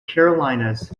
carolinas